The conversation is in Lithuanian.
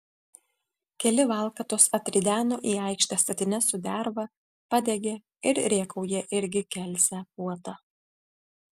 keli valkatos atrideno į aikštę statines su derva padegė ir rėkauja irgi kelsią puotą